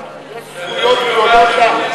לא, לא,